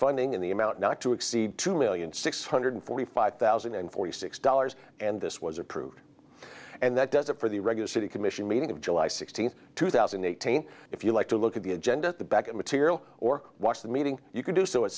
funding in the amount not to exceed two million six hundred forty five thousand and forty six dollars and this was approved and that does it for the regular city commission meeting of july sixteenth two thousand and eighteen if you like to look at the agenda at the back of material or watch the meeting you can do so it